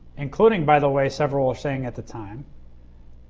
including by the way several were saying at the time,